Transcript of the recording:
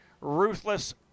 Ruthless